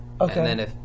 Okay